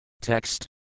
Text